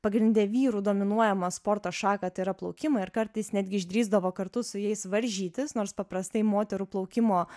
pagrinde vyrų dominuojamą sporto šaką tai yra plaukimai ir kartais netgi išdrįsdavo kartu su jais varžytis nors paprastai moterų plaukimo